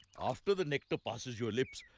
after the nectar passes your lips,